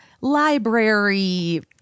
library